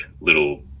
little